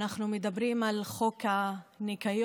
אנחנו מדברים על חוק הניקיון,